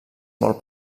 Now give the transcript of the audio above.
molt